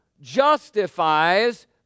justifies